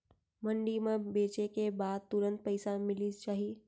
मंडी म बेचे के बाद तुरंत पइसा मिलिस जाही?